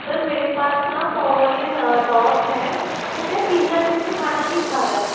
sir मेरे पास ना पामोलियन डॉग है वो क्या है तीन चार दिन से खाना नहीं खा रहा है